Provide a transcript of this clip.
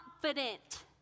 confident